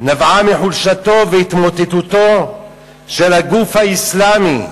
נבעה מחולשתו והתמוטטותו של הגוף האסלאמי,